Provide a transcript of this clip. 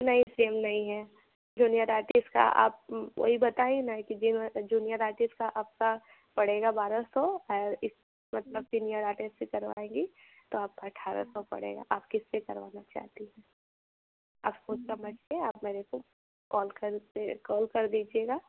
नहीं सेम नहीं है जूनियर आर्टिस्ट का आप वही बताई न कि जूनियर आर्टिस्ट का आपका पड़ेगा बारह सौ और इस मतलब सीनियर आर्टिस्ट से करवाएंगी तो आपको अठारह सौ पड़ेगा आप किससे करवाना चाहती हैं आप खुद समझ के आप मेरे को कॉल करके कॉल कर दीजिएगा